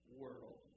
world